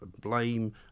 blame